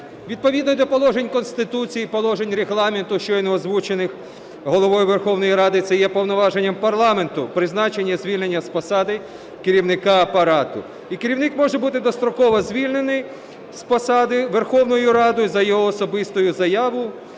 Відповідно до положень Конституції, положень Регламенту, щойно озвучених Головою Верховної Ради, це є повноваженням парламенту призначення і звільнення з посади Керівника Апарату. І керівник може бути достроково звільнений з посади Верховною Радою за його особистою заявою